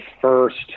first